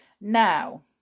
Now